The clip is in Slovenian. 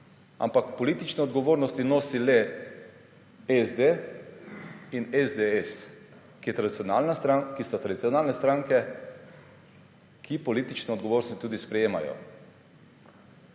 ampak politično odgovornost nosita le SD in SDS, ki sta tradicionalni stranki in politično odgovornost tudi sprejemata.